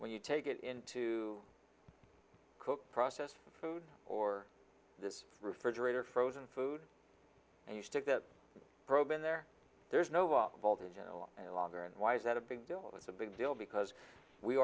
when you take it in to cook processed food or this refrigerator frozen food and you stick a probe in there there's no voltage on longer and why is that a big deal that's a big deal because we